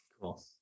Cool